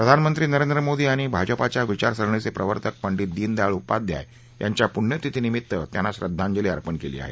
प्रधानमंत्री नरेंद्र मोदी यांनी भाजपाच्या विचारसरणीचे प्रवर्तक पंडित दिनदयाळ उपाध्याय यांच्या पुण्यतिथी निमित्त त्यांना श्रद्धांजली अपर्ण केली आहे